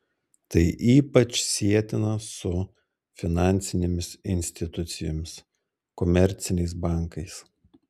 tai ypač sietina su finansinėmis institucijomis komerciniais bankais